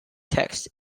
text